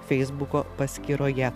feisbuko paskyroje